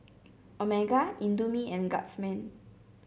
Omega Indomie and Guardsman